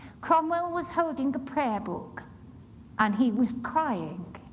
cromwell was holding a prayer book and he was crying.